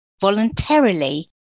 voluntarily